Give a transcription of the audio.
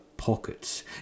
Pockets